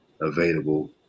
available